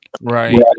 Right